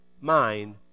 mind